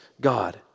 God